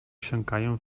wsiąkają